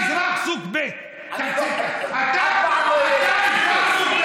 הייתה תחת עננה של חקירות.